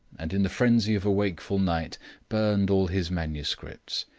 and in the frenzy of a wakeful night burned all his manuscripts,